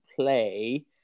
play